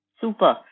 Super